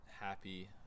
happy